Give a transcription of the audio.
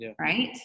right